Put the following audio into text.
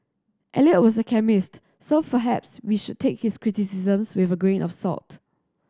Eliot was a chemist so perhaps we should take his criticisms with a grain of salt